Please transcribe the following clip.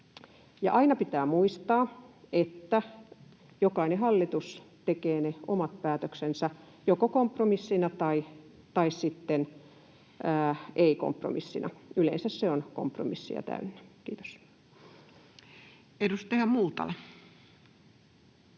aina pitää muistaa, että jokainen hallitus tekee ne omat päätöksensä, joko kompromissina tai sitten ei kompromissina. Yleensä se on kompromisseja täynnä. — Kiitos. [Speech 220]